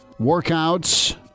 workouts